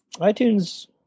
iTunes